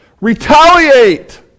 retaliate